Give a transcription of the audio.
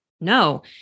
No